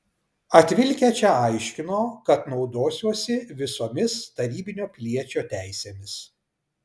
atvilkę čia aiškino kad naudosiuosi visomis tarybinio piliečio teisėmis